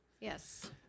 yes